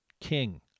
King